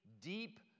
deep